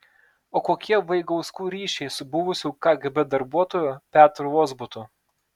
o kokie vaigauskų ryšiai su buvusiu kgb darbuotoju petru vozbutu